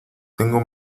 tengo